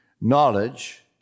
knowledge